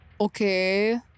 Okay